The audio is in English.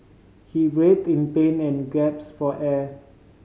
he writhed in pain and gasped for air